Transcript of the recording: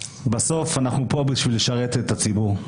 בסוף אנחנו פה בשביל לשרת את הציבור,